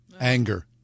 anger